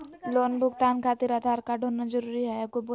Loan भुगतान खातिर Aadhaar card होना जरूरी है?